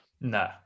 No